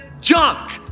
junk